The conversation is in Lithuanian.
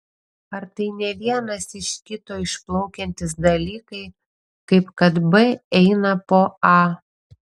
ar tai ne vienas iš kito išplaukiantys dalykai kaip kad b eina po a